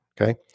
Okay